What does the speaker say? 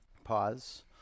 pause